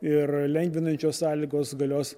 ir lengvinančios sąlygos galios